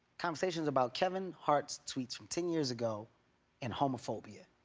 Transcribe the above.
conversation is about kevin hart's tweets from ten years ago and homophobia.